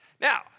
Now